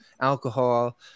alcohol